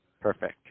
Perfect